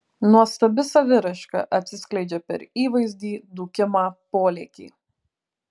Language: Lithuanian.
nuostabi saviraiška atsiskleidžia per įvaizdį dūkimą polėkį